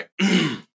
right